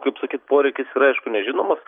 kaip sakyt poreikis yra aišku nežinomas